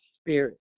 spirit